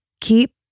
keep